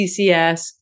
CCS